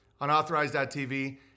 unauthorized.tv